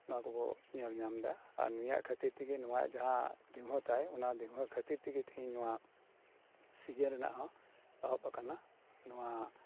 ᱱᱚᱣᱟ ᱠᱚᱵᱚᱱ ᱧᱮᱞ ᱧᱟᱢᱮᱫᱟ ᱟᱨ ᱱᱩᱭᱟᱜ ᱠᱷᱟᱹᱛᱤᱨ ᱛᱮᱜᱮ ᱱᱚᱣᱟ ᱡᱟᱦᱟᱸ ᱫᱤᱣᱦᱟᱺ ᱛᱟᱭ ᱚᱱᱟ ᱫᱤᱣᱦᱟᱹ ᱠᱟᱹᱛᱤᱨ ᱛᱮᱜᱮ ᱛᱮᱦᱮᱧ ᱥᱤᱡᱮᱱ ᱨᱮᱱᱟᱜ ᱦᱚᱸ ᱮᱦᱚᱵ ᱟᱠᱟᱱᱟ ᱱᱚᱣᱟ